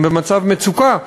הם במצב מצוקה,